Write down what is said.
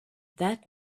that